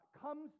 comes